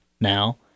now